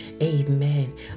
amen